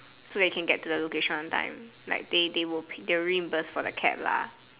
so that they can get to the location on time like they they will reimburse for the cab lah